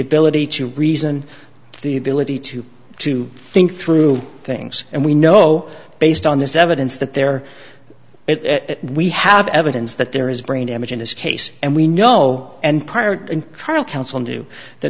ability to reason the ability to to think through things and we know based on this evidence that there we have evidence that there is brain damage in this case and we know and part and trial coun